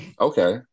Okay